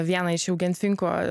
vieną iš eugenfinko